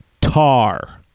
tar